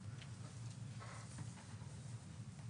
התעשיינים,